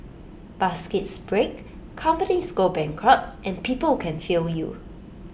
baskets break companies go bankrupt and people can fail you